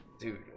Dude